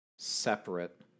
separate